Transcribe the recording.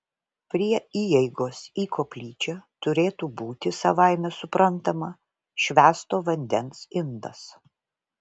prie įeigos į koplyčią turėtų būti savaime suprantama švęsto vandens indas